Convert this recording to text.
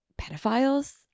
pedophiles